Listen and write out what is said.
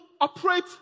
operate